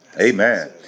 Amen